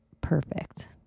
perfect